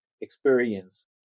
experience